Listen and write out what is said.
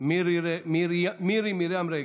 מירי מרים רגב.